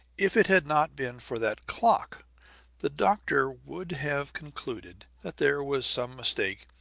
if it had not been for that clock the doctor would have concluded that there was some mistake,